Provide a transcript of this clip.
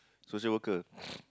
social worker